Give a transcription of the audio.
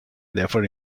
therefore